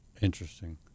Interesting